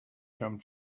come